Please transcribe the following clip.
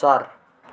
चार